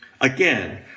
Again